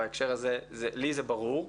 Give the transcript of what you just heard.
בהקשר הזה, לי זה ברור.